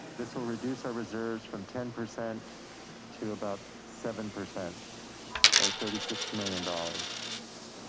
this will reduce our reserves from ten percent to about seven percent or thirty six million dollars.